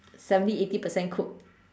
seventy eighty percent cooked